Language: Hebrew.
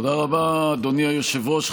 תודה רבה, אדוני היושב-ראש.